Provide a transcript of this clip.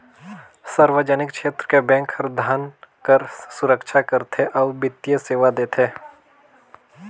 सार्वजनिक छेत्र के बेंक हर धन कर सुरक्छा करथे अउ बित्तीय सेवा देथे